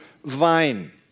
Vine